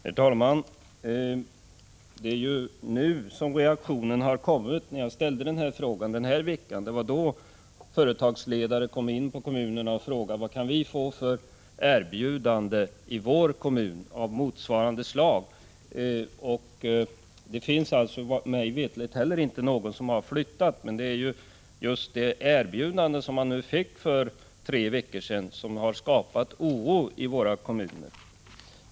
Herr talman! Det är ju nu i veckan som man har reagerat. Företagsledare har vänt sig till representanter för kommunerna och frågat: Vad kan vi i vår kommun få för erbjudande som motsvarar det man redan gått ut med? Mig veterligt har inte något företag flyttat sin verksamhet. Men det erbjudande som man fick för tre veckor sedan har skapat oro i våra kommuner.